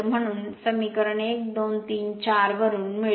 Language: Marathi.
म्हणून समीकरण 1 2 3 4 वरून मिळते